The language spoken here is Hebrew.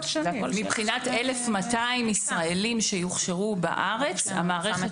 מבחינת 1,200 ישראלים שיוכשרו בארץ - המערכת